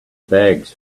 bags